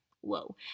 whoa